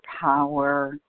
power